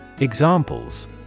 Examples